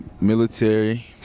military